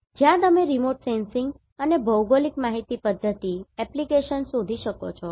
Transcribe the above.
જ્યાં તમે remote sensing અને GIS ભૌગોલિક માહિતી પધ્ધતિ એપ્લિકેશન શોધી શકો છો